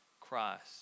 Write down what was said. Christ